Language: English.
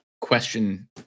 question